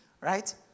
Right